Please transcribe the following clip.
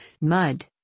mud